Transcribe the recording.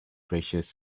precious